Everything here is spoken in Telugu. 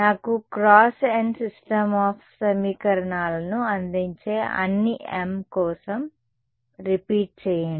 నాకు క్రాస్ n సిస్టమ్ ఆఫ్ సమీకరణాలను అందించే అన్ని m కోసం రిపీట్ చేయండి